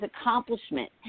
accomplishment